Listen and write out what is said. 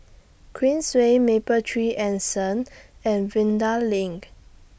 Queensway Mapletree Anson and Vanda LINK